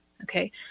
Okay